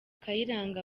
kayiranga